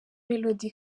melody